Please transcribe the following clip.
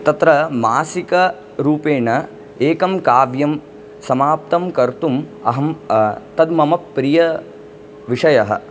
तत्र मासिकरूपेण एकं काव्यं समाप्तं कर्तुम् अहम् तद् मम प्रियविषयः